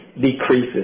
decreases